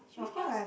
should we just